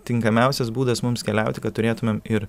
tinkamiausias būdas mums keliauti kad turėtumėm ir